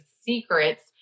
secrets